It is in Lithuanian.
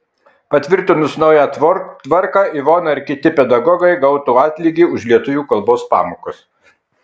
patvirtinus naują tvarką ivona ir kiti pedagogai gautų atlygį už lietuvių kalbos pamokas